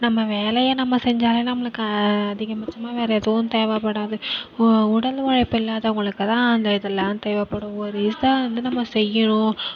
நம்ம வேலையை நம்ம செஞ்சாலே நம்மளுக்கு அதிகபட்சமாக வேற எதுவும் தேவைப்படாது உடல் உழைப்பு இல்லாதவங்களுக்கு தான் அந்த இதெல்லாம் தேவைப்படும் ஒரு இதை வந்து நம்ம செய்யணும்